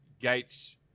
gates